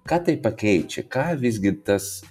ką tai pakeičia ką visgi tas